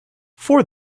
for